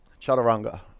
Chaturanga